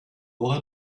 avoir